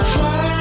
Fly